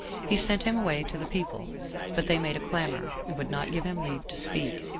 he sent him away to the people but they made a clamor, and would not give him leave to speak,